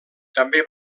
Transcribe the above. també